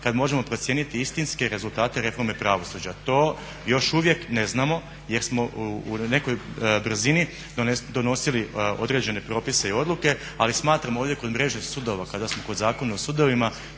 kad možemo procijeniti istinske rezultate reforme pravosuđa. To još uvijek ne znamo jer smo u nekoj brzini donosili određene propise i odluke. Ali smatramo ovdje kod mreže sudova kada smo kod Zakona o sudovima